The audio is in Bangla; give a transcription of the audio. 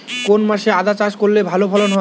কোন মাসে আদা চাষ করলে ভালো ফলন হয়?